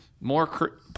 more